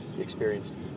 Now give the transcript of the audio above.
experienced